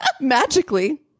Magically